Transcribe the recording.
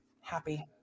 happy